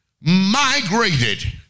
migrated